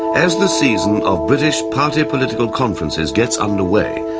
as the season of british party political conferences gets underway,